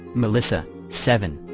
melissa, seven,